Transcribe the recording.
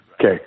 Okay